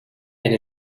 and